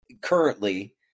currently